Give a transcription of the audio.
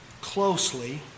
closely